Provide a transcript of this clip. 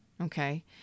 Okay